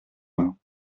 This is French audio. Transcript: mains